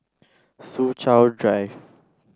Soo Chow Drive